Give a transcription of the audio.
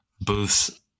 booths